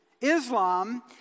Islam